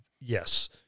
Yes